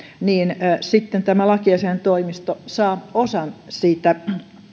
niin sitten tämä lakiasiaintoimisto saa osan siitä